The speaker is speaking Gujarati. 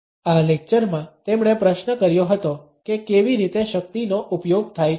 આ લેક્ચરમાં તેમણે પ્રશ્ન કર્યો હતો કે કેવી રીતે શક્તિનો ઉપયોગ થાય છે